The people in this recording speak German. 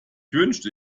wünschte